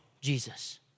Jesus